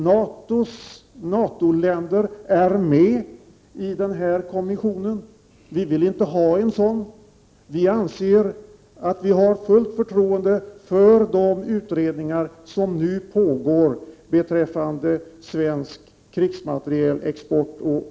NATO-länder skulle delta i den här kommissionen. Vi vill inte ha en sådan kommission. Vi har fullt förtroende för de utredningar som nu pågår beträffande svensk krigsmaterielexport.